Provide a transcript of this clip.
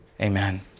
Amen